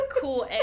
cool